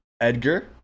Edgar